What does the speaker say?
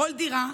כל דירה,